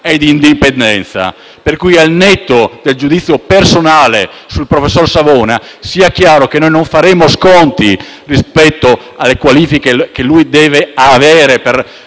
e indipendenza. Pertanto, al netto del giudizio personale sul professore, sia chiaro che non faremo sconti rispetto alle qualifiche che deve avere per